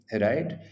right